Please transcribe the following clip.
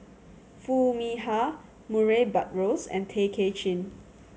Foo Mee Har Murray Buttrose and Tay Kay Chin